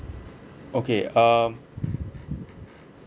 okay um